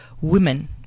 women